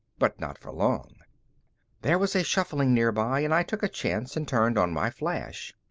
but not for long there was a shuffling nearby and i took a chance and turned on my flash.